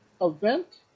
event